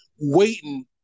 waiting